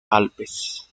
alpes